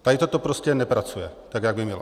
Tady toto prostě nepracuje tak, jak by mělo.